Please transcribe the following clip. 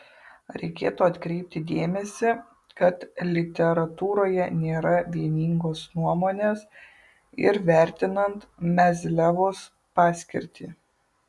reikėtų atkreipti dėmesį kad literatūroje nėra vieningos nuomonės ir vertinant mezliavos paskirtį